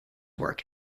work